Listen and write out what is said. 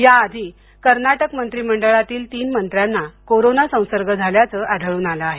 या आधी कर्नाटक मंत्रिमंडळातील तीन मंत्र्यांना कोरोना संसर्ग झाल्याचं आढळून आलं आहे